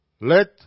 Let